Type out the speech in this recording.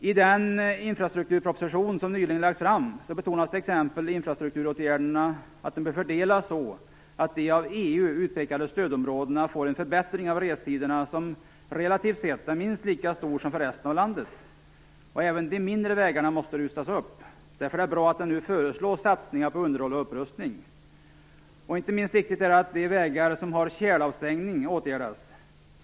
I den infrastrukturproposition som nyligen lagts fram betonas t.ex. att infrastrukturåtgärderna bör fördelas så att de av EU utpekade stödområdena får en förbättring av restiderna som relativt sett är minst lika stor som för resten av landet. Även de mindre vägarna måste rustas upp. Därför är det bra att det nu föreslås satsningar på underhåll och upprustning. Inte minst viktigt är att de vägar som har tjälavstängning åtgärdas.